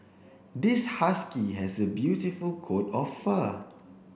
this husky has a beautiful coat of fur